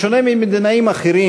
בשונה ממדינאים אחרים,